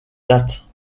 date